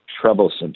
troublesome